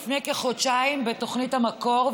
לפני כחודשיים בתוכנית המקור,